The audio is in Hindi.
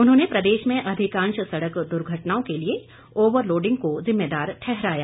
उन्होंने प्रदेश में अधिकांश सड़क दुर्घटनाओं के लिए ओवरलोडिंग को जिम्मेबार ठहराया